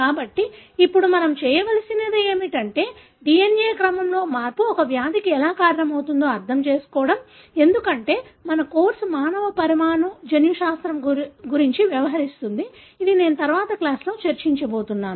కాబట్టి ఇప్పుడు మనం చేయవలసింది ఏమిటంటే DNA క్రమం లో మార్పు ఒక వ్యాధికి ఎలా కారణమవుతుందో అర్థం చేసుకోవడం ఎందుకంటే మన కోర్సు మానవ పరమాణు జన్యుశాస్త్రం గురించి వ్యవహరిస్తుంది ఇది నేను తరువాతి క్లాస్ లో చర్చించబోతున్నాను